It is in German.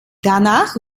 danach